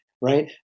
right